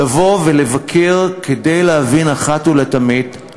לבוא ולבקר, כדי להבין אחת ולתמיד את